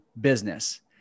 business